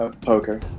Poker